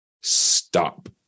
stop